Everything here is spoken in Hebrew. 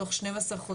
תוך 12 חודשים,